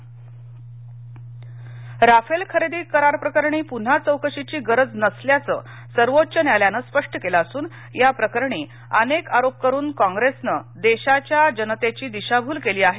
Rafale Rafale खरेदी करारप्रकरणी पुन्हा चौकशीची गरज नसल्याचं सर्वोच्च न्यायालयानं स्पष्ट केलं असून या प्रकरणी अनेक आरोप करून काँप्रेसनं देशाच्या जनतेची दिशाभूल केली आहे